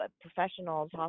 professionals